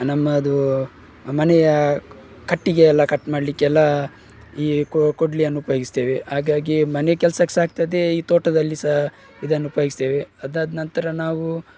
ನಮ್ಮದು ಮನೆಯ ಕಟ್ಟಿಗೆಯೆಲ್ಲ ಕಟ್ಮಾಡಲಿಕ್ಕೆಲ್ಲ ಈ ಕೊಡ್ಲಿಯನ್ನು ಉಪಯೋಗಿಸ್ತೇವೆ ಹಾಗಾಗಿ ಮನೆ ಕೆಲ್ಸಕ್ಕೆ ಸಹ ಆಗ್ತದೆ ಈ ತೋಟದಲ್ಲಿ ಸಹ ಇದನ್ನು ಉಪಯೋಗಿಸ್ತೇವೆ ಅದಾದ ನಂತರ ನಾವು